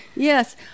Yes